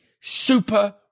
super